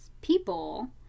people